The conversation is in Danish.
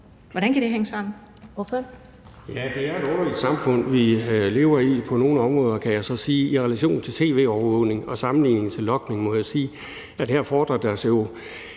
Hvordan kan det hænge sammen?